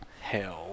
hell